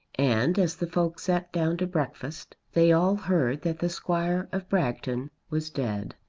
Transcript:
and as the folk sat down to breakfast they all heard that the squire of bragton was dead.